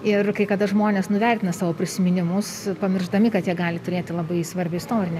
ir kai kada žmonės nuvertina savo prisiminimus pamiršdami kad jie gali turėti labai svarbią istorinę